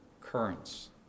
currents